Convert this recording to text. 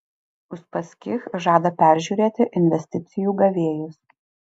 uspaskich žada peržiūrėti investicijų gavėjus